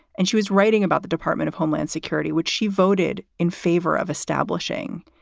and she was writing about the department of homeland security, which she voted in favor of establishing.